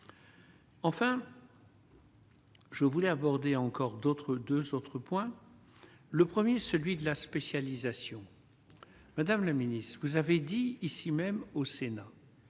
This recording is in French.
Je voulais aborder, a encore d'autres 2 autres points le 1er, celui de la spécialisation, madame la ministre, vous avez dit ici même au Sénat.